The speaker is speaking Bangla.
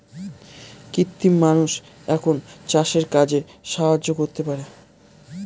কৃত্রিম মানুষ এখন চাষের কাজে সাহায্য করতে পারে